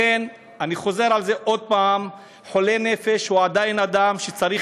לכן אני חוזר עוד הפעם: חולה נפש הוא עדיין אדם שצריך